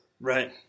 Right